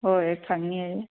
ꯍꯣꯏ ꯐꯪꯉꯤ